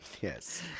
Yes